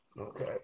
Okay